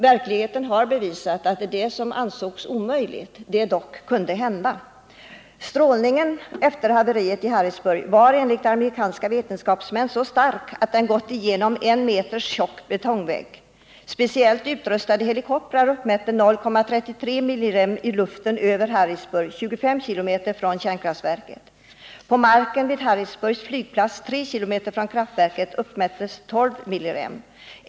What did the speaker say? Verkligheten har visat att det som ansågs omöjligt dock kunde hända. Strålningen efter haveriet utanför Harrisburg var enligt amerikanska vetenskapsmän så stark att den gått igenom en betongvägg på en meters tjocklek. Speciellt utrustade helikoptrar uppmätte 0,33 millirem i luften över Harrisburg 25 km från kärnkraftverket. På marken vid Harrisburgs flygplats 3 km från kraftverket uppmättes 12 millirem.